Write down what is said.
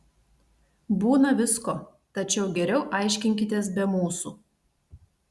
būna visko tačiau geriau aiškinkitės be mūsų